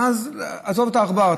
ואז עזוב את העכבר,